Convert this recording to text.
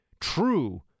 true